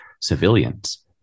civilians